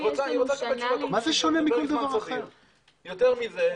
יותר מזה,